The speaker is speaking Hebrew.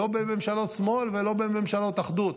לא בממשלות שמאל ולא בממשלות אחדות.